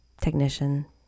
technician